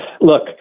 look